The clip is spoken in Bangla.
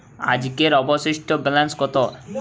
আজকের অবশিষ্ট ব্যালেন্স কত?